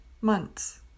Months